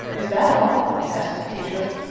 is that all? asked teacher.